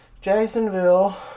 Jacksonville